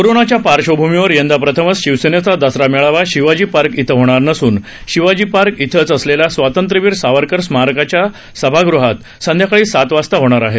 कोरोनाच्या पार्श्वभूमीवर यंदा प्रथमच शिवसेनेचा दसरा मेळावा शिवाजी पार्क इथं होणार नसून शिवाजी पार्क इथच असलेल्या स्वातंत्र्यवीर सावरकर स्मारकाच्या सभागृहात संध्याकाळी सात वाजता होणार आहे